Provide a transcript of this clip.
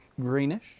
Greenish